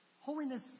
Holiness